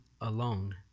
alone